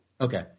Okay